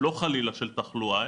לא חלילה של תחלואה,